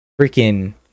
Freaking